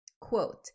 Quote